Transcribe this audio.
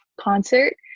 concert